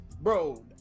bro